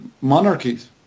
monarchies